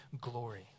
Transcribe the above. glory